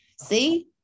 See